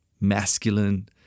masculine